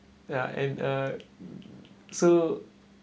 ya and uh so